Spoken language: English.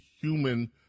human